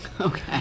Okay